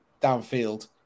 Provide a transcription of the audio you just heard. downfield